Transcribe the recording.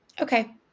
Okay